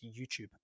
YouTube